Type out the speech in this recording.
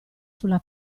sulla